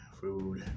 Food